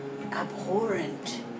abhorrent